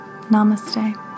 namaste